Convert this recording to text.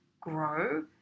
grow